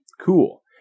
Cool